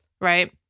Right